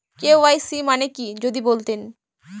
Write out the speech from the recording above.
KYC মানে কি যদি বলতেন?